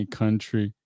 country